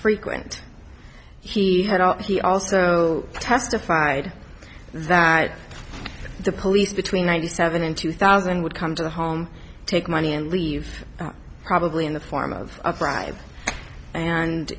frequent he had out he also testified that the police between ninety seven and two thousand would come to the home take money and leave probably in the form of a bride and